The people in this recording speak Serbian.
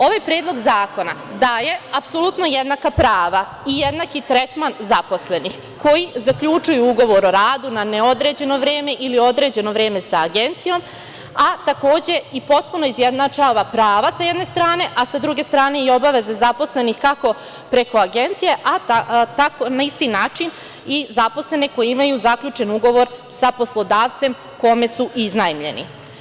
Ovaj Predlog zakona daje apsolutno jednaka prava i jednaki tretman zaposlenih koji zaključuju ugovor o radu na neodređeno vreme ili određeno vreme sa agencijom, a takođe, i potpuno izjednačava prava s jedne strane, a sa druge strane i obaveze zaposlenih, kako preko agencije, na isti način i zaposlene koji imaju zaključen ugovor sa poslodavcem kome su iznajmljeni.